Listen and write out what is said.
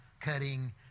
cutting